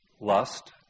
lust